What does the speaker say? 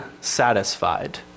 satisfied